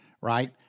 right